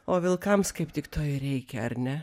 o vilkams kaip tik to ir reikia ar ne